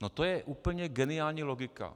No to je úplně geniální logika.